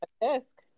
desk